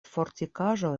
fortikaĵo